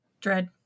dread